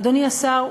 אדוני השר,